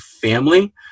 family